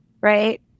right